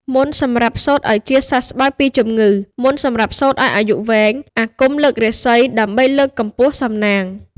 មន្តសម្រាប់សូត្រឱ្យជាសះស្បើយពីជំងឺ មន្តសម្រាប់សូត្រឱ្យអាយុវែង អាគមលើករាសី ដើម្បីលើកកម្ពស់សំណាង។